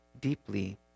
deeply